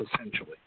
essentially